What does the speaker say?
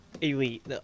Elite